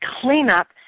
cleanup